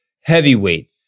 heavyweight